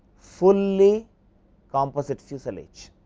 fully composite fusel edge.